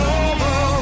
over